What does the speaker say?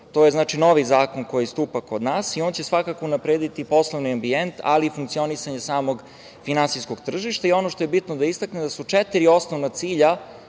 to je novi zakon koji stupa kod nas i on će svakako unaprediti poslovni ambijent, ali i funkcionisanje samog finansijskog tržišta. Ono što je bitno da istaknem, četiri su osnovna cilja